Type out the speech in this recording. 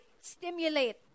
Stimulate